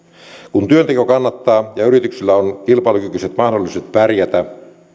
kun työnteko kannattaa ja yrityksillä on kilpailukykyiset mahdollisuudet pärjätä